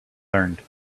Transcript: learned